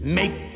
make